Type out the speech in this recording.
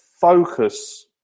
focus